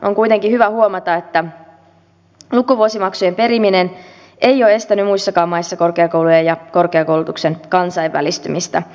on kuitenkin hyvä huomata että lukuvuosimaksujen periminen ei ole estänyt muissakaan maissa korkeakoulujen ja korkeakoulutuksen kansainvälistymistä